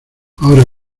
ahora